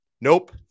Nope